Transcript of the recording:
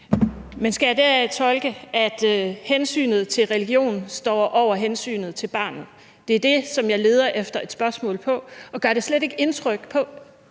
Men skal jeg tolke det sådan, at hensynet til religion står over hensynet til barnet? Det er det, som jeg leder efter et svar på. Og gør det slet ikke indtryk på